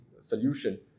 solution